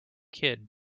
kid